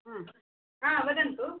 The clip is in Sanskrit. वदन्तु